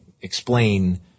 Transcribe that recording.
explain